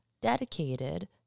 dedicated